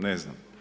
Ne znam.